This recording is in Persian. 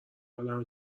عالمه